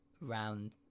round